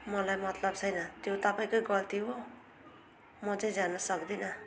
मलाई मतलब छैन त्यो तपाईँकै गल्ती हो म चाहिँ जानु सक्दिनँ